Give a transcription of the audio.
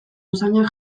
usainak